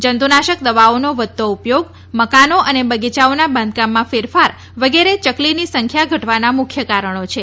જંતુનાશક દવાઓનો વધતો ઉપયોગ મકાનો અને બગીયાઓનાં બાંધકામમાં ફેરફાર વગેરે ચકલીની સંખ્યા ઘટવાના મુખ્ય કારણી છે